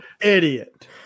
Idiot